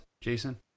Jason